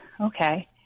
okay